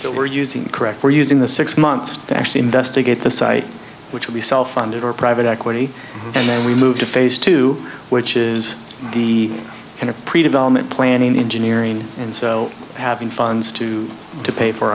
so we're using correct we're using the six months to actually investigate the site which will be self funded or private equity and then we move to phase two which is the kind of predevelopment planning engineering and so having funds to to pay for